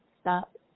stop